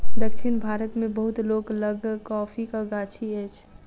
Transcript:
दक्षिण भारत मे बहुत लोक लग कॉफ़ीक गाछी अछि